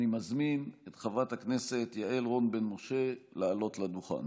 אני מזמין את חברת הכנסת יעל רון בן משה לעלות לדוכן.